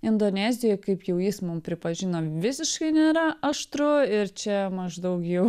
indonezijoj kaip jau jis mum pripažino visiškai nėra aštru ir čia maždaug jau